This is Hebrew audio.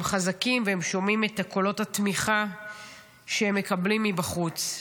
הם חזקים והם שומעים את קולות התמיכה שהם מקבלים מבחוץ.